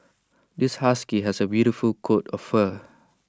this husky has A beautiful coat of fur